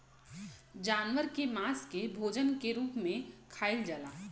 जानवर के मांस के भोजन के रूप में खाइल जाला